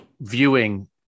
viewing